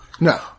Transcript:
No